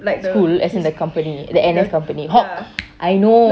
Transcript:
school as in the company the N_L company oh I know